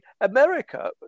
America